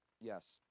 yes